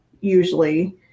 usually